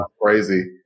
crazy